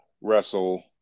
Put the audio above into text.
wrestle